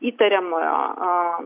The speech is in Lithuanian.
įtariamojo asmenybę